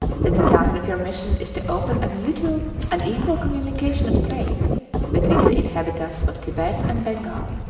the design of your mission is to open a mutual and equal communication of trade between the inhabitants of tibet and bengal.